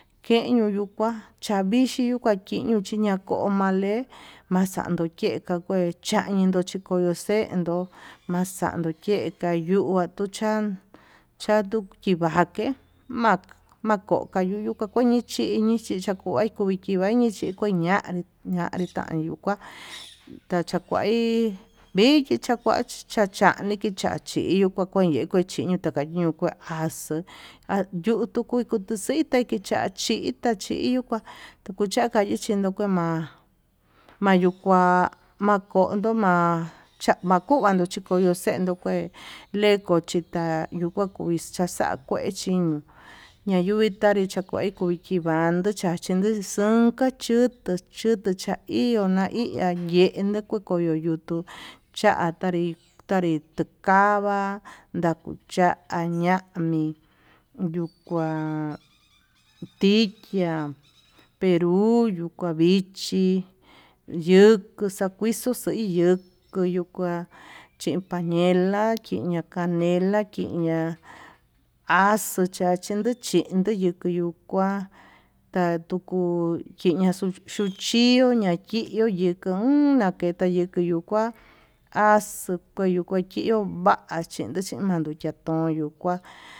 Keñuu yuu kua chavixhi no kuakiño chí ñako male, maxando ke'e chakue cha'a ñayindono chikono xendó maxando ke'e kayuu chan chanduki vaké mako mako kayuu makonichini chichakova akui tivañi chikue ñanri ñanri tayukua tachakuai vichi ndakuachi chachai ikicha chió kuakañeko kachini takañe kuá axuu ayukutu kutuxita ikichachí itachiyu kuá kuchai kuchake ma'a, mayukua makondo ma'a xamakuya chikondo xendo kué leko chita yukuxei chiku kaxa'a kuechin ñayuvi tanri chakuai kuu vandó chaxindono xonko chutu chutu chaiho na'a iha yendo kakuu yuyuku chatanri tanri kukava'a ndakucha ña'ami yuu kua tichá peruyu kua vichí yuku xakuixo kui yuu kuu yuu kuá, chin kañela kiña panela kiña axuu chandu chuu chindó yukuu yuu kuá ñatuku kiña xuu xhió yukuu una'a keta yuku yuu kua axuu kio va'a chindo chuu mayuu tonyo kuan.